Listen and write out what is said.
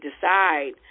decide